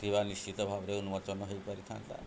ଥିବା ନିଶ୍ଚିତ ଭାବରେ ଉନ୍ମୋଚନ ହୋଇପାରିଥାନ୍ତା